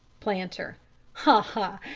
planter ha!